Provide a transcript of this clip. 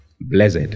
Blessed